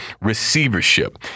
receivership